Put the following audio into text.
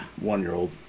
one-year-old